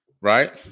Right